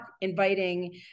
inviting